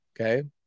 okay